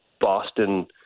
Boston